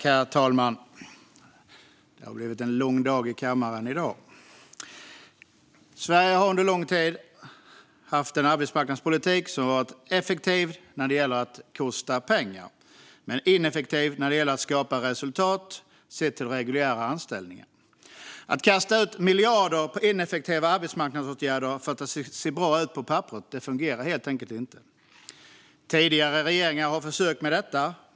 Herr talman! Det blir en lång dag i kammaren i dag. Sverige har under lång tid haft en arbetsmarknadspolitik som varit effektiv när det gäller att kosta pengar men ineffektiv när det gäller att skapa resultat, sett till reguljära anställningar. Att kasta ut miljarder på ineffektiva arbetsmarknadsåtgärder för att det ska se bra ut på papperet fungerar helt enkelt inte. Tidigare regeringar har försökt med detta.